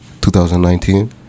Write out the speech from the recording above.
2019